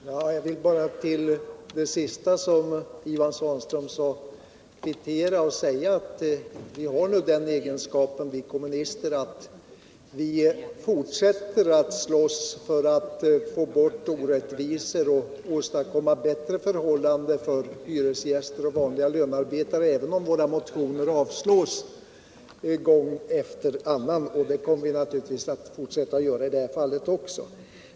Herr talman! Jag vill bara kvittera det sista i Ivan Svanströms inlägg och säga att vi har den egenskapen vi kommunister att vi fortsätter att slåss för att få bort orättvisor och för att åstadkomma bättre förhållanden för hyresgäster och vanliga lönearbetare, även om våra motioner avslås gång efter annan. Det kommer vi naturligtvis att göra i det här fallet också.